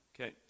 Okay